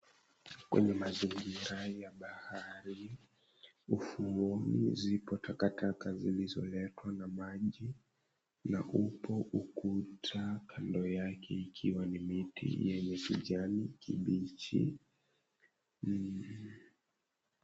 Kwenye mazingira ya bahari ufuo zipo takataka zilizoletwa na maji na upo ukuta kando yake ikiwa ni miti yenye kijani kibichi.